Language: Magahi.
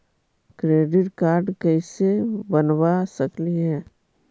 क्रेडिट कार्ड कैसे बनबा सकली हे?